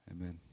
amen